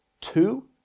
two